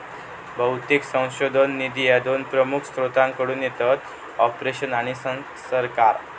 बहुतेक संशोधन निधी ह्या दोन प्रमुख स्त्रोतांकडसून येतत, कॉर्पोरेशन आणि सरकार